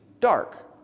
dark